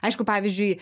aišku pavyzdžiui